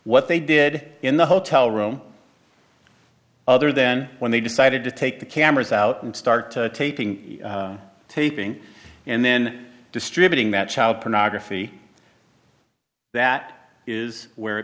what they did in the hotel room other then when they decided to take the cameras out and start taping taping and then distributing that child pornography that is where it